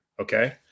Okay